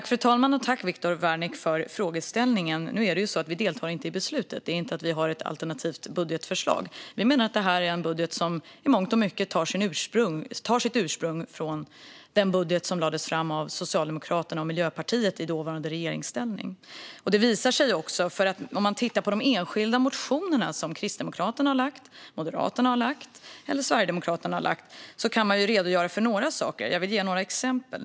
Fru talman! Tack, Viktor Wärnick, för frågeställningen! Nu deltar vi inte i beslutet. Vi har inte ett alternativt budgetförslag. Vi menar att det är en budget som i mångt och mycket tar sitt ursprung från den budget som lades fram av Socialdemokraterna och Miljöpartiet i dåvarande regeringsställning. Det visar sig också. Om man tittar på de enskilda motioner som Kristdemokraterna, Moderaterna och Sverigedemokraterna har lagt fram kan man redogöra för några saker. Jag vill ge några exempel.